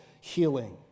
healing